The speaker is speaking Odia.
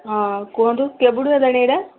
ହଁ କୁହନ୍ତୁ କେବେଠୁ ହେଲାଣି ଏଇଟା